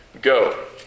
Go